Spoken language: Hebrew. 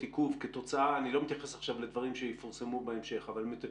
אתה יודע באחוזים כמה מהאנשים שהגישו תביעה לדמי אבטלה במהלך הזמן,